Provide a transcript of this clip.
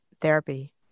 therapy